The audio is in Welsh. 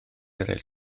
eraill